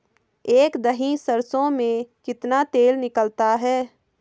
एक दही सरसों में कितना तेल निकलता है?